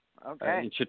Okay